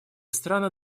страны